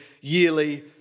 yearly